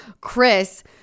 Chris